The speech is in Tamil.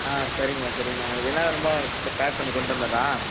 ஆ சரிங்கம்மா சரிங்கம்மா உங்களுக்கு என்ன வேணுமோ பேக் பண்ணி கொண்டுட்டு வந்துடுறேன்